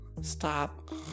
stop